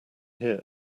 here